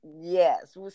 yes